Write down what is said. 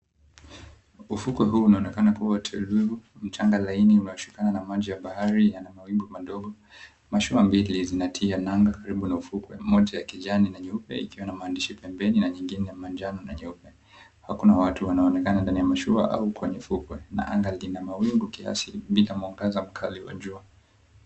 Ufuko huu unaonekana kuwa wa utulivu, mchanga laini unaoshikana na maji ya bahari yana mawimbi madogo. Mashua mbili zinatia nanga karibu na ufukwe, moja ya kijani na nyeupe ikiwa na maandishi pembeni na nyingine ya manjano na nyeupe. Hakuna watu wanaonekana ndani ya mashua au kwenye ufukwe na anga lina mawingu kiasi bila mwangaza mkali wa jua.